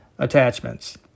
attachments